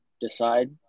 decide